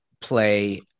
play